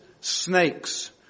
snakes